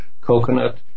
coconut